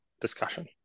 discussion